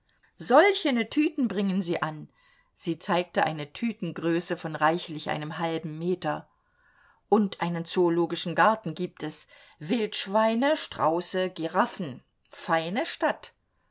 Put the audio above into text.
solchene tüten bringen sie an sie zeigte eine tütengröße von reichlich einem halben meter und einen zoologischen garten gibt es wildschweine strauße giraffen feine stadt